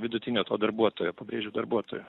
vidutinio to darbuotojo pabrėžiu darbuotojo